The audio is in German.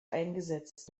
eingesetzt